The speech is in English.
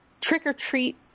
trick-or-treat